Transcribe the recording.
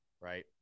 right